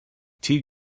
tea